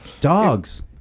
Dogs